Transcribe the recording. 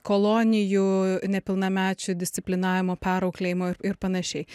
kolonijų nepilnamečių disciplinavimo perauklėjimo ir ir panašiai